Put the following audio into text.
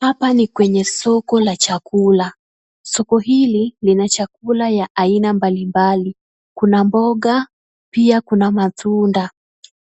Hapa ni kwenye soko la chakula. Soko hili lina chakula ya aina mbalimbali. Kuna mboga, pia kuna matunda.